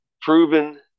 proven